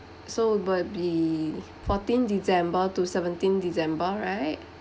so will be fourteenth december to seventeenth december right